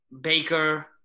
Baker